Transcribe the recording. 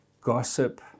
gossip